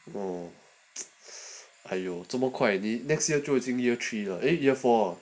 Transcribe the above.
oh 还有这么快你 next year 就进 year three liao eh year four ah